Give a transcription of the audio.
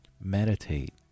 meditate